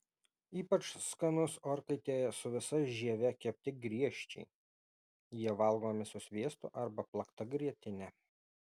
ypač skanus orkaitėje su visa žieve kepti griežčiai jie valgomi su sviestu arba plakta grietine